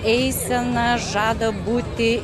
eisena žada būti